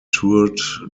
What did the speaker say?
toured